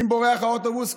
אם בורח האוטובוס,